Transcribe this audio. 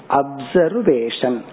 observation